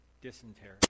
dysentery